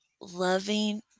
loving